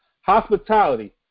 hospitality